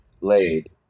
laid